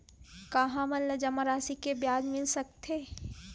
का हमन ला जमा राशि से ब्याज मिल सकथे?